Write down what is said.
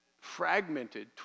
Fragmented